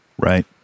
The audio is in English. Right